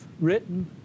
written